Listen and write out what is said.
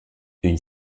une